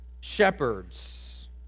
shepherds